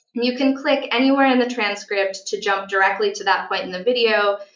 you can click anywhere in the transcript to jump directly to that point in the video,